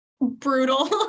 brutal